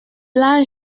place